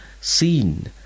seen